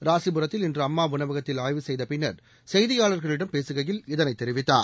ராசிபுரத்தில் இன்று அம்மா உணவகத்தில் ஆய்வு செய்த பின்னா் செய்தியாாள்களிடம் பேசுகையில் இதனை தெரிவித்தார்